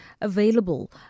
available